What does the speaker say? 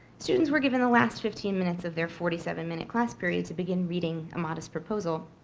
students were given the last fifteen minutes of their forty seven minute class period to begin reading a modest proposal.